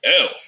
elf